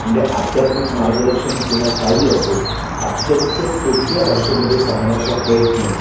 म्हणध्ये अध्यात्मिक मार्गदर्शन किंवा काही असो अत्यंत सोप्या भाषेमदे सांगण्याचा प्रयत्न